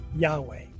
Yahweh